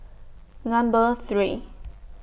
Number three